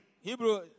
Hebrew